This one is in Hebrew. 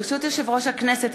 ברשות יושב-ראש הכנסת,